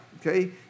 okay